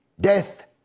death